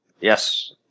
Yes